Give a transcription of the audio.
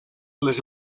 les